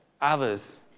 others